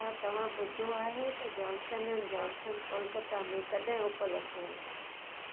छा तव्हां ॿुधो आहे त जॉन्सन एंड जॉन्सन कोलकता में कॾहिं उपलब्धु हूंदो